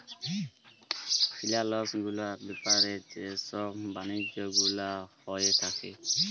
ফিলালস গুলার ব্যাপারে যে ছব বালিজ্য গুলা হঁয়ে থ্যাকে